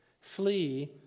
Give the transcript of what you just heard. Flee